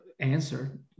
answer